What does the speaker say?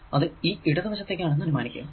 അത് ഈ ഇടതു വശത്തേക്കാണ് എന്ന് അനുമാനിക്കുക